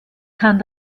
kann